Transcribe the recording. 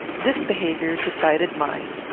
this behaviour decided mine,